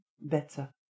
better